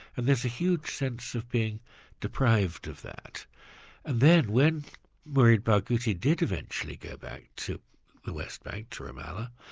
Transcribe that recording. and there's a huge sense of being deprived of that. and then when mourid barghouti did eventually go back to the west bank, to ramallah,